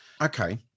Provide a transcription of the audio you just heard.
okay